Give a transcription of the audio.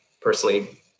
personally